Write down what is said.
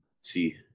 See